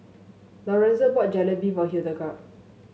Lorenzo bought Jalebi for Hildegard